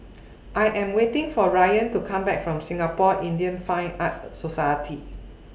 I Am waiting For Rayan to Come Back from Singapore Indian Fine Arts Society